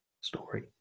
story